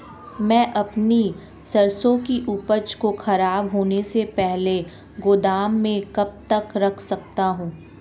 मैं अपनी सरसों की उपज को खराब होने से पहले गोदाम में कब तक रख सकता हूँ?